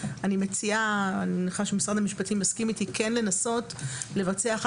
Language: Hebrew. אני מציעה כן לנסות ולבצע,